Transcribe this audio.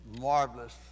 marvelous